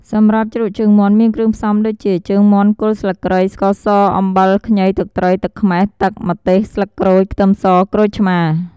សម្រាប់ជ្រក់ជើងមាន់មានគ្រឿងផ្សំដូចជា ជើងមាន់ គល់ស្លឹកគ្រៃ ស្ករស អំបិល ខ្ញី ទឹកត្រី ទឹកខ្មេះ ទឹក ម្ទេស ស្លឹកក្រូច ខ្ទឹមស ក្រូចឆ្មា។